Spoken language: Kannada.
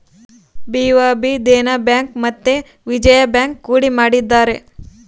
ಬಿ.ಒ.ಬಿ ದೇನ ಬ್ಯಾಂಕ್ ಮತ್ತೆ ವಿಜಯ ಬ್ಯಾಂಕ್ ಕೂಡಿ ಮಾಡಿದರೆ